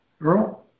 Earl